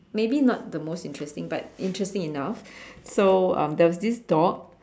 maybe not the most interesting but interesting enough so um there was this dog